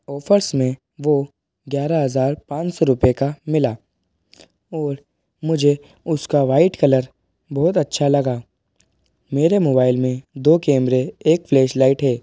offers में वो ग्यारह हज़ार पाँच सौ का मिला और मुझे उसका वाइट कलर बहुत अच्छा लगा मेरे मोबाइल में दो कैमरे एक फ्लैशलाइट है